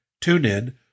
TuneIn